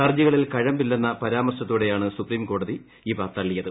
ഹർജികളിൽ കഴമ്പില്ലെന്ന പരാമർശത്തോടെയാണ് സുപ്രീംകോടതി ഇവ തളളിയത്